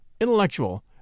intellectual